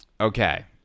Okay